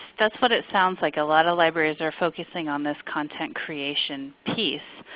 that's what it sounds like. a lot of libraries are focusing on this content creation piece.